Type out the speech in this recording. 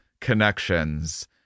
connections